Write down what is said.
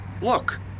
Look